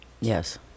Yes